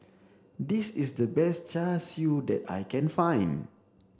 this is the best char siu that I can find